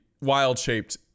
wild-shaped